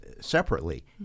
separately